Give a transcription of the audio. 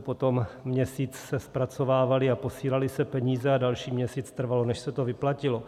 Potom se měsíc zpracovávaly a posílaly se peníze a další měsíc trvalo, než se to vyplatilo.